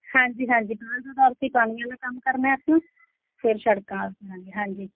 ਹਾਂਜੀ ਹਾਂਜੀ ਪਹਿਲ ਦੇ ਅਧਾਰ 'ਤੇ ਪਾਣੀ ਵਾਲਾ ਕੰਮ ਕਰਨਾ ਐ ਅਸੀਂ ਫਿਰ ਸੜਕਾਂ ਹਾਂਜੀ ਹਾਂਜੀ